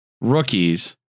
rookies